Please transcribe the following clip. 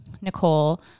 Nicole